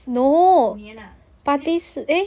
五年啊